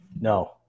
No